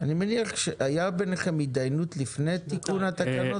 הייתה ביניכם התדיינות לפני תיקון התקנות?